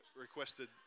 requested